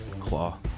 claw